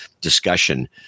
discussion